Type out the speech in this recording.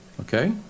Okay